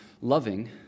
loving